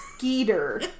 Skeeter